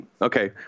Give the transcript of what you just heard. Okay